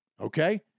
Okay